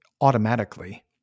automatically